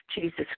Jesus